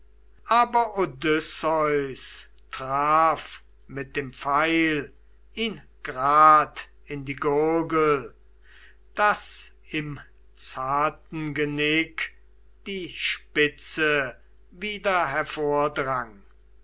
traf mit dem pfeil ihn grad in die gurgel daß im zarten genick die spitze wieder